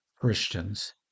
Christians